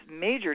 major